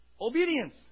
Obedience